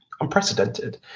unprecedented